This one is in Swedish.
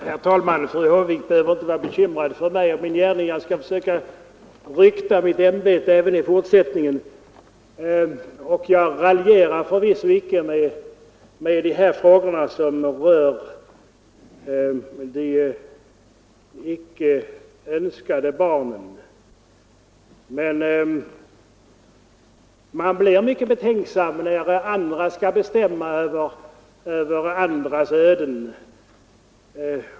Herr talman! Fru Håvik behöver inte vara bekymrad för mig och min gärning. Jag skall försöka rykta mitt ämbete även i fortsättningen. Jag raljerar förvisso icke med dessa frågor som rör de icke önskade barnen. Men man blir mycket betänksam när människor skall bestämma över andras öden.